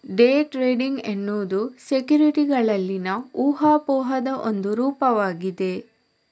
day trading ಎನ್ನುವುದು ಸೆಕ್ಯುರಿಟಿಗಳಲ್ಲಿನ ಊಹಾಪೋಹದ ಒಂದು ರೂಪವಾಗಿದೆ